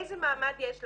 איזה מעמד יש לה?